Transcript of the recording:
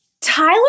tyler